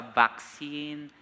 vaccine